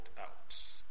out